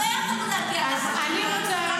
לא יכולנו להגיע --- האלה,